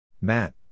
Matt